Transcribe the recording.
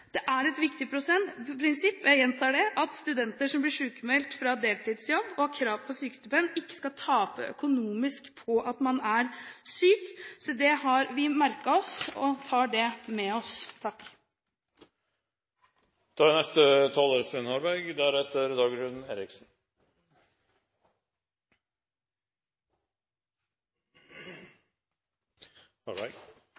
Det er et viktig prinsipp – jeg gjentar det – at studenter som blir sykmeldt fra deltidsjobb, og har krav på sykestipend, ikke skal tape økonomisk på at man er syk. Det har vi merket oss, og vi tar det med oss. Representanten Stine Renate Håheim har tatt opp det forslaget hun refererte til. Dette er